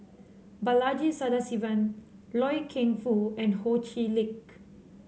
Balaji Sadasivan Loy Keng Foo and Ho Chee Lick